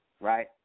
right